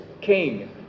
king